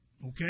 Okay